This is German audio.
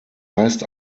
heißt